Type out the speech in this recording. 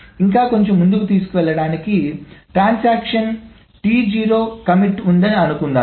ఇంకా కొంచెం ముందుకు తీసుకెళ్లడానికి ట్రాన్సాక్షన్ కమిట్ T0 ఉంది అనుకుందాం